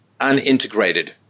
unintegrated